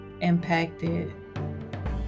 impacted